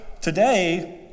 today